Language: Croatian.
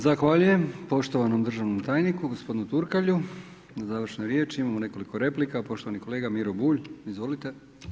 Zahvaljujem poštovanom državnom tajniku gospodinu Turkalju na završnoj riječi, imamo nekoliko replika, poštovani kolega Miro Bulj, izvolite.